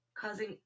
causing